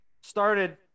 started